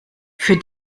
für